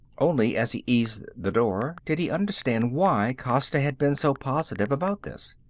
only as he eased the door did he understand why costa had been so positive about this.